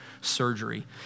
surgery